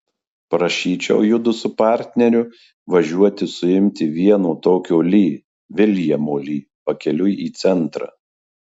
prašyčiau judu su partneriu važiuoti suimti vieno tokio li viljamo li pakeliui į centrą